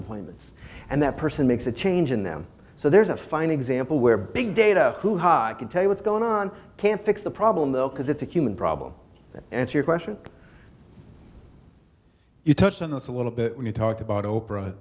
appointments and that person makes a change in them so there's a fine example where big data hoo ha can tell you what's going on can't fix the problem though because it's a human problem that answer your question you touched on this a little bit when you talked about oprah